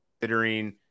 considering